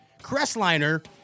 Crestliner